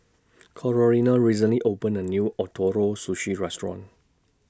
Corinna recently opened A New Ootoro Sushi Restaurant